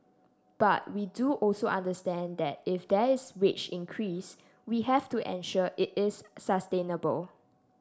but we do also understand that if there is wage increase we have to ensure it is sustainable